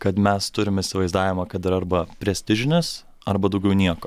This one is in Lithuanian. kad mes turim įsivaizdavimą kad yra arba prestižinės arba daugiau nieko